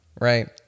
Right